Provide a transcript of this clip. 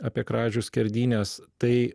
apie kražių skerdynes tai